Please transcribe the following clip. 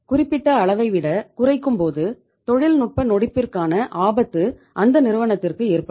அதனால் குறிப்பிட்ட அளவைவிட குறைக்கும்போது தொழில்நுட்ப நொடிப்பிற்கான ஆபத்து அந்த நிறுவனத்திற்கு ஏற்படும்